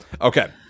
okay